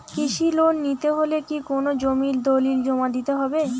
কৃষি লোন নিতে হলে কি কোনো জমির দলিল জমা দিতে হবে?